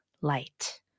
light